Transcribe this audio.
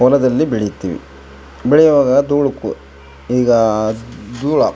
ಹೊಲದಲ್ಲಿ ಬೆಳಿತೀವಿ ಬೆಳೆಯುವಾಗ ಧೂಳು ಕು ಈಗ ಧೂಳು